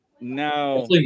No